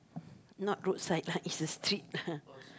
not roadside lah is a street lah